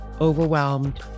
overwhelmed